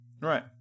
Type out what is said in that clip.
Right